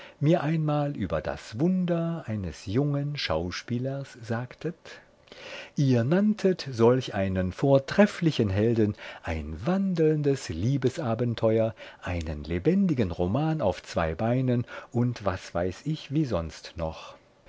mir einmal über das wunder eines jungen schauspielers sagtet ihr nanntet solch einen vortrefflichen helden ein wandelndes liebesabenteuer einen lebendigen roman auf zwei beinen und was weiß ich wie sonst noch